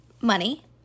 money